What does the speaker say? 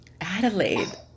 Adelaide